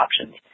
options